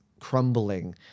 crumbling